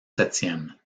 septième